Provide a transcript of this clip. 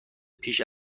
پیش